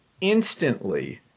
instantly